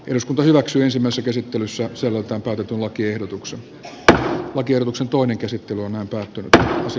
eduskunta hyväksyi ensimmäisen käsittelyssä se oli tapana tulla kerrotuksi että lakiehdotuksen toinen käsittely on tehty tähtäsi